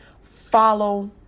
follow